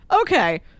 Okay